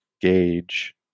gauge